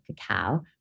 cacao